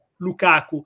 Lukaku